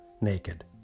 naked